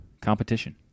competition